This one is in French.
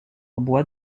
bois